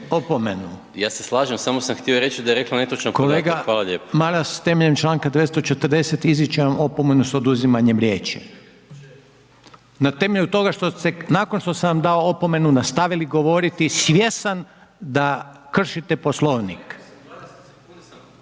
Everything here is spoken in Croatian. Ja se slažem, samo sam htio reći da je rekla netočan podatak. Hvala lijepo.